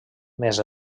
més